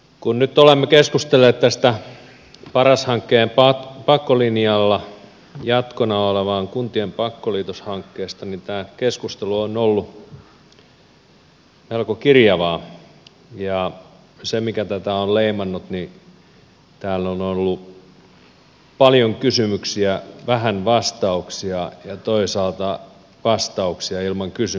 kun nyt olemme keskustelleet tästä paras hankkeen pakkolinjalla jatkona olevasta kuntien pakkoliitoshankkeesta niin tämä keskustelu on ollut melko kirjavaa ja se mikä tätä on leimannut on että täällä on ollut paljon kysymyksiä vähän vastauksia ja toisaalta vastauksia ilman kysymyksiä